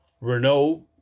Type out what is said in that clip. Renault